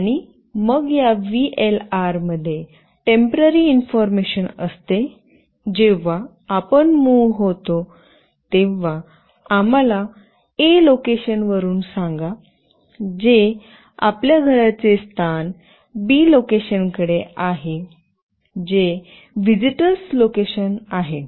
आणि मग या व्हीएलआरमध्ये टेम्पोररी इन्फॉर्मशन असते जेव्हा आपण मूव्ह होतो तेव्हा आम्हाला ए लोकेशनवरून सांगा जे आपल्या घराचे स्थान बी लोकेशनकडे आहे जे व्हिजिटर्स लोकेशन आहे